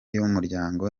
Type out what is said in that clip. y’umuryango